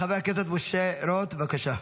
חבר הכנסת משה רוט, בבקשה.